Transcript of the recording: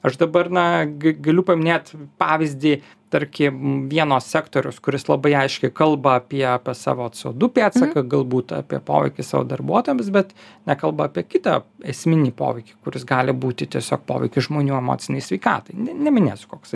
aš dabar na ga galiu paminėt pavyzdį tarkim vieno sektoriaus kuris labai aiškiai kalba apie savo co du pėdsakai galbūt apie poveikį savo darbuotojams bet nekalba apie kitą esminį poveikį kuris gali būti tiesiog poveikis žmonių emocinei sveikatai ne neminėsiu koksai